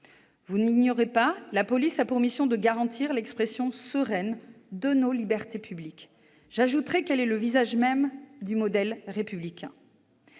Vous ne l'ignorez pas, la police a pour mission de garantir l'expression sereine de nos libertés publiques. J'ajouterai qu'elle est le visage même du modèle républicain.